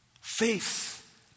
Faith